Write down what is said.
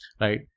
right